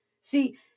See